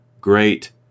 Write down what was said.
Great